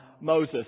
Moses